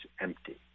empty